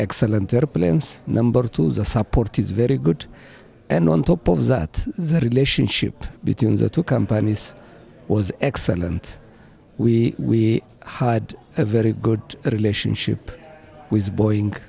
airplanes number two the support is very good and on top of that the relationship between the two companies was excellent we had a very good relationship with boeing